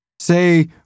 Say